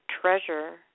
treasure